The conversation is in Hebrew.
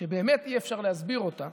שבאמת אי-אפשר להסביר אותה.